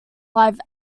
live